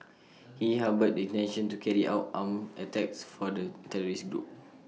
he harboured the intention to carry out armed attacks for the terrorist group